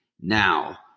now